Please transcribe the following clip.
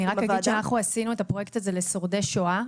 אני רק אגיד שאנחנו עשינו את הפרויקט הזה לשורדי שואה,